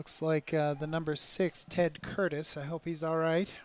looks like the number six ted curtis i hope he's alright